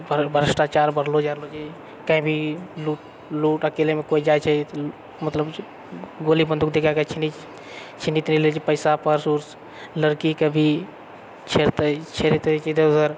भ्रष्टाचार बढ़लो जा रहलो छै कभी लोग अकेलेमे कोइ जाइ छै तऽ मतलब गोली बन्दूक देखाए कऽ छिनै छै छिनैत रहलए छै पैसा पर्स ऊर्स लड़कीके भी छेड़तै छेड़तै ईधर ऊधर